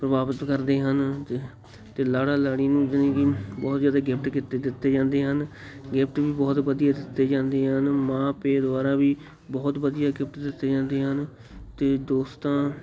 ਪ੍ਰਭਾਵਿਤ ਕਰਦੇ ਹਨ ਅਤੇ ਲਾੜਾ ਲਾੜੀ ਨੂੰ ਜਾਨੀ ਕਿ ਬਹੁਤ ਜ਼ਿਆਦਾ ਗਿਫਟ ਕੀਤੀ ਦਿੱਤੇ ਜਾਂਦੇ ਹਨ ਗਿਫਟ ਵੀ ਬਹੁਤ ਵਧੀਆ ਦਿੱਤੇ ਜਾਂਦੇ ਆ ਮਾਂ ਪੇ ਦੁਆਰਾ ਵੀ ਬਹੁਤ ਵਧੀਆ ਗਿਫਟ ਦਿੱਤੇ ਜਾਂਦੇ ਹਨ ਅਤੇ ਦੋਸਤਾਂ